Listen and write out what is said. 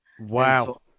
Wow